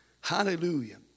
Hallelujah